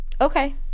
Okay